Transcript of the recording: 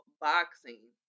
boxing